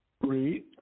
Read